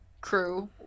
crew